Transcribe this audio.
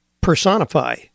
personify